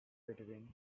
between